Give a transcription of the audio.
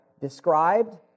described